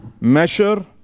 Measure